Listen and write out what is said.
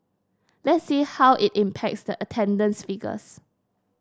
let's see how it impacts the attendance figures